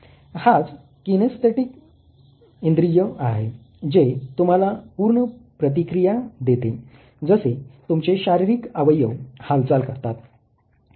हाच किनेस्थेटिक इंद्रिय आहे जे तुम्हाला पूर्ण प्रतिक्रिया देते जसे तुमचे शारीरिक अवयव हालचाल करतात